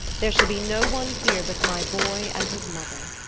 there shall be no one here but my boy and his mother.